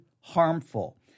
harmful